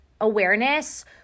awareness